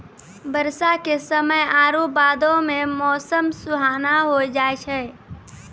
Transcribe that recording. बरसा के समय आरु बादो मे मौसम सुहाना होय जाय छै